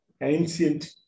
ancient